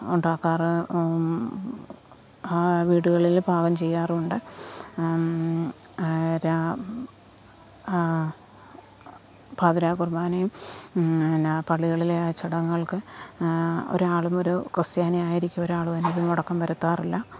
ഉണ്ടാക്കാറുണ്ട് ആ വീടുകളിൽ പാചകം ചെയ്യാറുണ്ട് പാതിരാ കുർബ്ബാനയും പിന്നെ പള്ളികളിലെ ആ ചടങ്ങുകൾക്ക് ഒരാളും ഒരു ക്രിസ്ത്യാനി ആയിരിക്കും ഒരാളും അതിന് മുടക്കം വരുത്താറില്ല